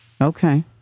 Okay